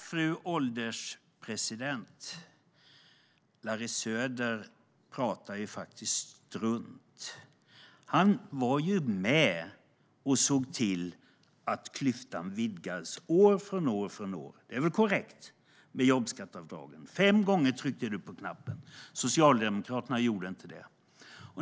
Fru ålderspresident! Larry Söder pratar faktiskt strunt. Han var ju med och såg till att klyftan vidgades, år efter år. Det är korrekt med jobbskatteavdragen - fem gånger tryckte han på knappen. Socialdemokraterna gjorde inte det.